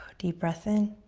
deep breath in,